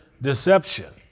deception